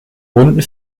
bunten